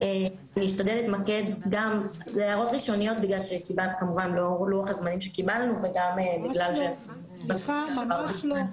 אשתדל להתמקד בהערות ראשוניות בגלל לוח הזמנים שקיבלנו --- ממש לא,